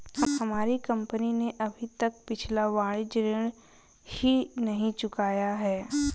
हमारी कंपनी ने अभी तक पिछला वाणिज्यिक ऋण ही नहीं चुकाया है